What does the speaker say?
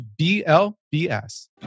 BLBS